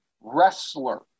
wrestler